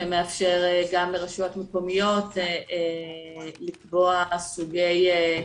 שמאפשר גם לרשויות מקומיות לקבוע סוגי משרות,